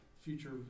future